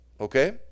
Okay